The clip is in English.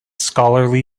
scholarly